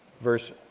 verse